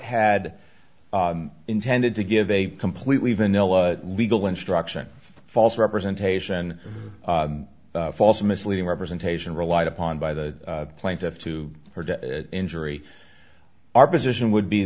had intended to give a completely vanilla legal instruction false representation false misleading representation relied upon by the plaintiff to injury our position would be